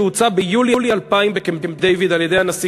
שהוצע ביולי 2000 בקמפ-דייוויד על-ידי הנשיא